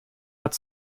hat